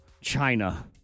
China